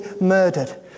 murdered